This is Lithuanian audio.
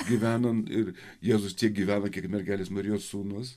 gyvenome ir jėzus tiek gyveno kiek mergelės marijos sūnus